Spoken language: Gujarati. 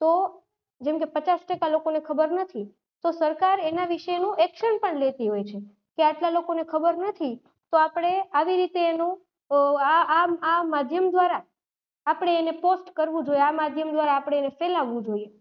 તો જેમકે પચાસ ટકા લોકોને ખબર નથી તો સરકાર એના વિશેનું એક્શન પણ લેતી હોય છે કે આટલા લોકોને ખબર નથી તો આપણે આવી રીતે એનું આ માધ્યમ દ્વારા આપણે એને પોસ્ટ કરવું જોઈએ આ માધ્યમ દ્વારા આપણે એને ફેલાવવું જોઈએ